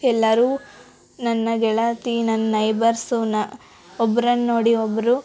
ಎಲ್ಲರು ನನ್ನ ಗೆಳತಿ ನನ್ನ ನೈಬರ್ಸು ನ ಒಬ್ರನ್ನ ನೋಡಿ ಒಬ್ಬರು